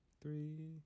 Three